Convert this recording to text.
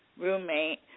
roommate